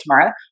tomorrow